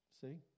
See